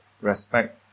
respect